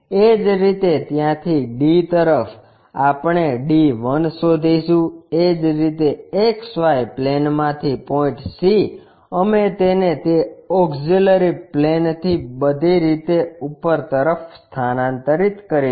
એ જ રીતે ત્યાંથી d તરફ આપણે d 1 શોધીશું એ જ રીતે XY પ્લેનમાંથી પોઇન્ટ c અમે તેને તે ઓક્ષીલરી પ્લેનથી બધી રીતે ઉપર તરફ સ્થાનાંતરિત કરીશું